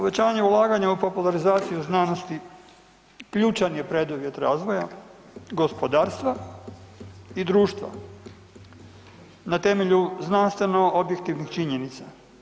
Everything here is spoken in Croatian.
Uvećavanje ulaganja u popularizaciju znanosti ključan je preduvjet razvoja gospodarstva i društva na temelju znanstveno objektivnih činjenica.